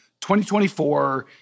2024